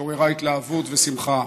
שעוררה התלהבות ושמחה.